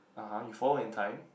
(uh huh) you forward in time